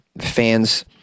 fans